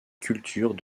cultures